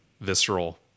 visceral